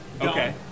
Okay